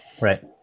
right